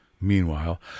Meanwhile